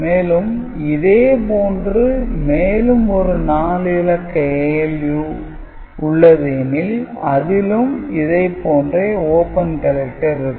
மேலும் இதே போன்று மேலும் ஒரு 4 இலக்க ALU உள்ளது எனில் அதிலும் இதைப் போன்றே "open collector" இருக்கும்